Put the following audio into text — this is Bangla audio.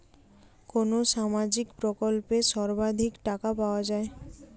কোন সামাজিক প্রকল্পে সর্বাধিক টাকা পাওয়া য়ায়?